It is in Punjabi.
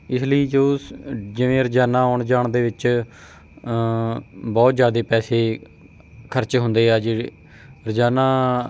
ਇਸ ਲਈ ਜੋ ਜਿਵੇਂ ਰੋਜ਼ਾਨਾ ਆਉਣ ਜਾਣ ਦੇ ਵਿੱਚ ਬਹੁਤ ਜ਼ਿਆਦਾ ਪੈਸੇ ਖਰਚ ਹੁੰਦੇ ਆ ਜਿਹੜੇ ਰੋਜ਼ਾਨਾ